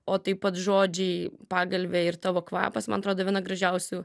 o taip pat žodžiai pagalvė ir tavo kvapas man atrodo viena gražiausių